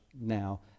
now